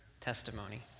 testimony